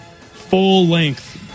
full-length